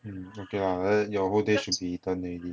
mm okay lah then your whole day should be done already